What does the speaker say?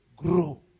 grow